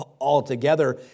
altogether